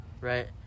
right